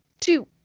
two